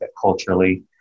culturally